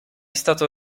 stato